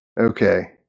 Okay